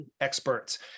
experts